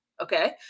okay